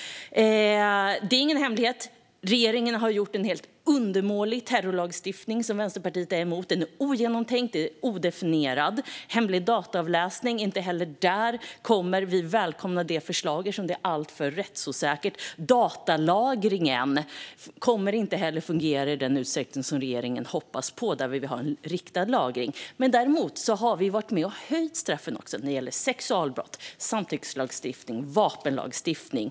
Det är ingen hemlighet: Regeringen har gjort en undermålig terrorlagstiftning, som Vänsterpartiet är emot. Den är ogenomtänkt. Den är odefinierad. Vi kommer inte heller att välkomna förslaget om hemlig dataavläsning, eftersom det är alltför rättsosäkert. Datalagringen kommer inte att fungera i den utsträckning som regeringen hoppas på. Där vill vi ha en riktad lagring. Däremot har vi varit med och höjt straffen när det gäller sexualbrott, samtyckeslagstiftning och vapenlagstiftning.